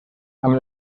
amb